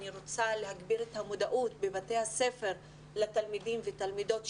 אני רוצה להגביר את המודעות בבתי הספר בקרב התלמידים והתלמידות,